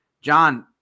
John